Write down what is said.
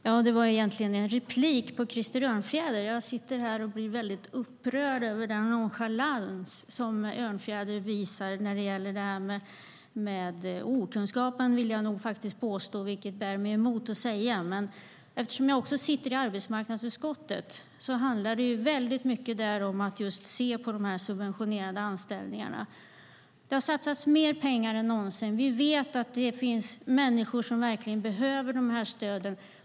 Herr talman! Detta är egentligen en replik på Krister Örnfjäder. Jag sitter här och blir upprörd över den nonchalans som han visar. Jag vill påstå att det är okunskap, fast det bär mig emot att säga det. Eftersom jag sitter i arbetsmarknadsutskottet vet jag att det där handlar mycket om att se på de subventionerade anställningarna. Det har satsats mer pengar än någonsin. Vi vet att det finns människor som verkligen behöver dessa stöd.